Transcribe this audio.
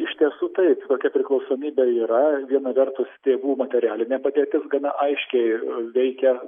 iš tiesų taip tokia priklausomybė yra viena vertus tėvų materialinė padėtis gana aiški ir veikia